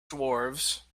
dwarves